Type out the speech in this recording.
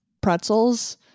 pretzels